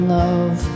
love